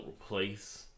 replace